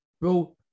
bro